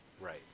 Right